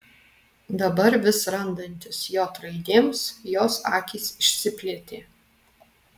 dabar vis randantis j raidėms jos akys išsiplėtė